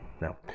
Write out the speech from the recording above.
no